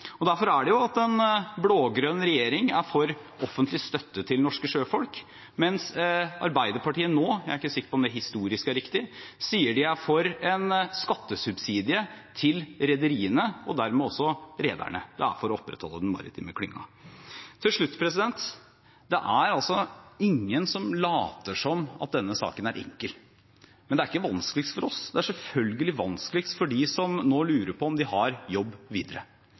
Derfor er en blå-grønn regjering for offentlig støtte til norske sjøfolk, mens Arbeiderpartiet nå – jeg er ikke sikker på om det historisk er riktig – sier de er for en skattesubsidie til rederiene, og dermed også rederne. Det er for å opprettholde den maritime klyngen. Til slutt: Det er ingen som later som denne saken er enkel, men det er ikke vanskeligst for oss. Det er selvfølgelig vanskeligst for dem som nå lurer på om de har en jobb videre.